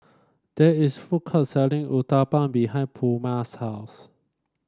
there is food court selling Uthapam behind Pluma's house